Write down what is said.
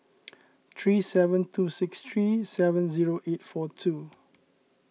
three seven two six three seven zero eight four two